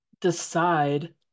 decide